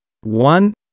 One